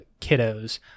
kiddos